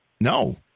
No